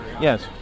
Yes